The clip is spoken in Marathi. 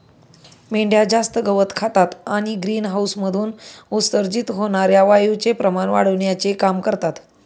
मेंढ्या जास्त गवत खातात आणि ग्रीनहाऊसमधून उत्सर्जित होणार्या वायूचे प्रमाण वाढविण्याचे काम करतात